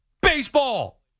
baseball